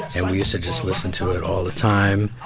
and we used to just listen to it all the time.